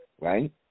right